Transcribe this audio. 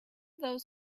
those